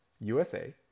USA